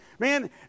Man